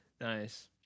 Nice